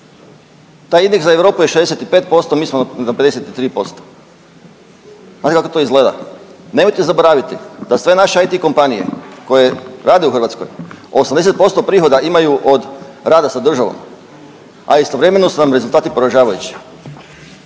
Taj Index za Europu je 65%, mi smo na 53%. Znate kako to izgleda, nemojte zaboraviti da sve naše IT kompanije koje rade u Hrvatskoj 80% prihoda imaju od rada sa državom, a istovremeno su nam rezultati poražavajući.